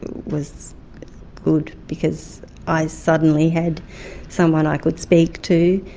was good, because i suddenly had someone i could speak to,